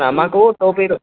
మాకు టోపీలు